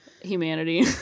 humanity